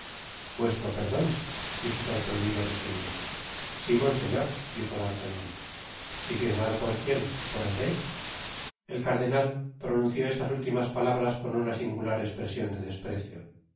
vuestro perdon dijo sorprendido richelieu sí monseñor dijo d'artagnan y firmado por quién por el rey el cardenal pronunció estas últimas palabras con una singular espresion de desprecio no